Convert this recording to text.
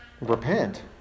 Repent